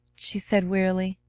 she said wearily,